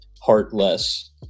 Heartless